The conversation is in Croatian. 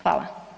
Hvala.